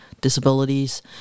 disabilities